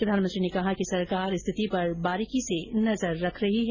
प्रधानमंत्री ने कहा कि सरकार स्थिति पर बारीकी से नजर रख रही है